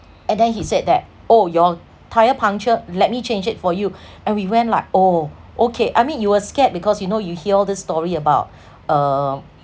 and then he said that oh your tyre puncture let me change it for you and we went like oh okay I mean you will scared because you know you hear all this story about uh